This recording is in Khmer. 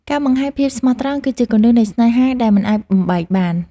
ការបង្ហាញភាពស្មោះត្រង់គឺជាគន្លឹះនៃស្នេហាដែលមិនអាចបំបែកបាន។